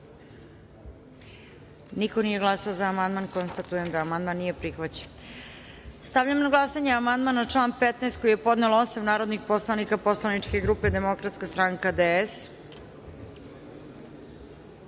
niko nije glasao za ovaj amandman. Konstatujem da amandman nije prihvaćen. Stavljam na glasanje amandman na član 61. koji je podnelo 10 narodnih poslanika poslaničke grupe Zeleno-levi front –